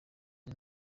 are